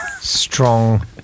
strong